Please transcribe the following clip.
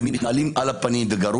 ואם מתנהלים גרוע,